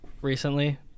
recently